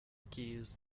keys